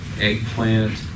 eggplant